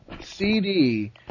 CD